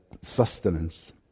sustenance